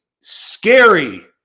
scary